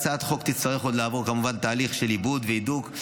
הצעת החוק תצטרך לעבור עוד תהליך של עיבוד והידוק,